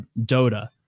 Dota